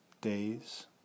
days